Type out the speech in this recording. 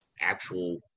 actual